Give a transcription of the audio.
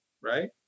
right